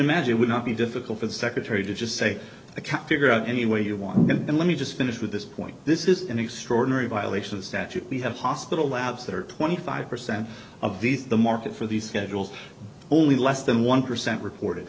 imagine would not be difficult for the secretary to just say i can't figure out any way you want and then let me just finish with this point this is an extraordinary violation of statute we have hospital labs that are twenty five percent of this the market for these schedules only less than one percent report